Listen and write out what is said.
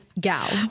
gal